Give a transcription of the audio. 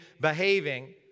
behaving